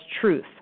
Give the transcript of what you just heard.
truth